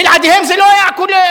בלעדיהם זה לא היה עולה.